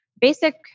Basic